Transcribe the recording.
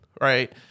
right